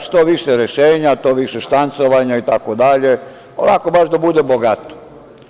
Što više rešenja, to više štancovanja itd, onako baš da bude bogato.